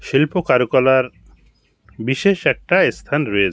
শিল্প কারুকলার বিশেষ একটা স্থান রয়েছে